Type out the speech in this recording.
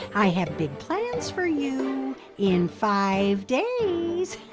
i have big plans for you in five days. oh,